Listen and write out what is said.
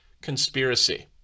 conspiracy